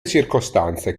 circostanze